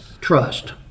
Trust